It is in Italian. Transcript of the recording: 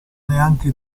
neanche